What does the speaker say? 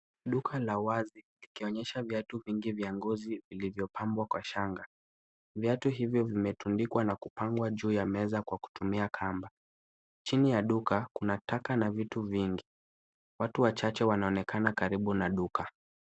Duka la wazi likionyesha viatu vingi vya ngozi vilivyopangwa kwa shanga. Viatu hivyo vimetundikwa na kupangwa juu ya meza kwa kutumia kamba. Chini ya duka kuna taka na vitu vingi. Watu wachache wanaonekana karibu na duka.